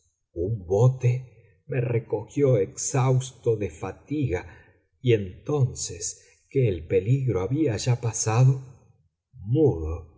un bote me recogió exhausto de fatiga y entonces que el peligro había ya pasado mudo